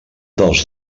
dels